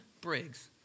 Briggs